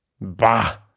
Bah